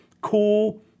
cool